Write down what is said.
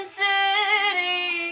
city